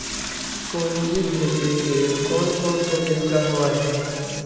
पूंजी भेजे के कोन कोन से तरीका हवय?